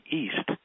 east